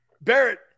Barrett